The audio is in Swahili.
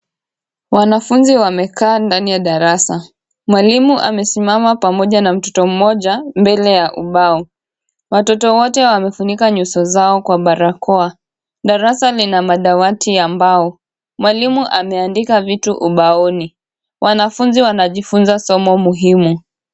Wanafunzi wamekaa ndani ya darasa. Mwanafunzi amesimama na mtoto mmoja mbele ya ubao. Watoto wote wamefunika nyuso zao kwa barakoa. Darasa lina madawati ya mbao. Mwalimu ameandika vitu ubaoni. Wanafunzi wanajifunza somo muhimu.